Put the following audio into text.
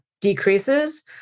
decreases